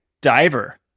diver